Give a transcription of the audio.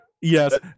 yes